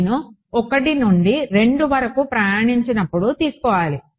నేను 1 నుండి 2 వరకు ప్రయాణించినప్పుడు తీసుకోవాలి